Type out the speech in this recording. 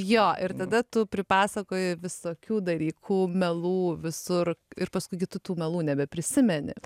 jo ir tada tu pripasakojai visokių dalykų melų visur ir paskui gi tu tų melų nebeprisimeni